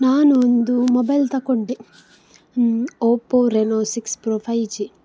ನಾನು ಒಂದು ಮೊಬೈಲ್ ತೊಗೊಂಡೆ Oppo Reno six pro five G